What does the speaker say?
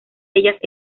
ellas